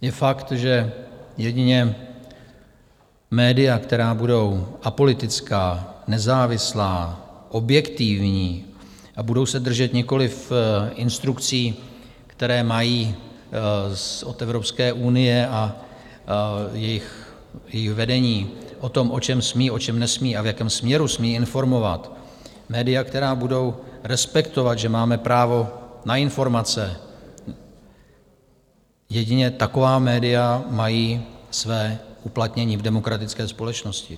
Je fakt, že jedině média, která budou apolitická, nezávislá, objektivní a budou se držet nikoliv instrukcí, které mají od Evropské unie a jejího vedení o tom, o čem smí, o čem nesmí a v jakém směru smí informovat, média, která budou respektovat, že máme právo na informace, jedině taková média mají své uplatnění v demokratické společnosti.